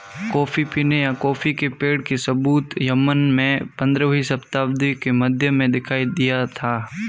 coffee पीने या coffee के पेड़ के सबूत यमन में पंद्रहवी शताब्दी के मध्य में दिखाई दिया था